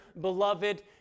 beloved